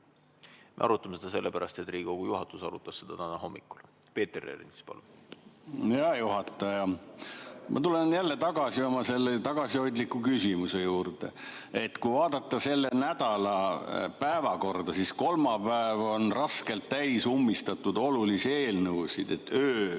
Me arutame seda sellepärast, et Riigikogu juhatus arutas seda täna hommikul. Peeter Ernits, palun! Hea juhataja! Ma tulen jälle tagasi oma tagasihoidliku küsimuse juurde. Kui vaadata selle nädala päevakorda, siis kolmapäev on raskelt täis ummistatud oluliste eelnõudega,